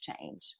change